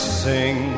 sing